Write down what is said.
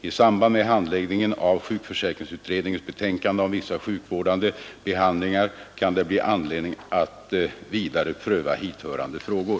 I samband med handläggningen av sjukförsäkringsutredningens betänkande om vissa sjukvårdande behandlingar kan det bli anledning att vidare pröva hithörande frågor.